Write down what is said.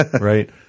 right